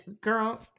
Girl